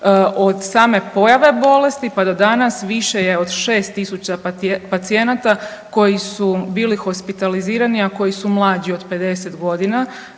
Od same pojave bolesti pa do danas više je od 6 tisuća pacijenata koji su bili hospitalizirani a koji su mlađi od 50 godina